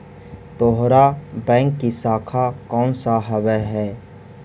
तोहार बैंक की शाखा कौन सा हवअ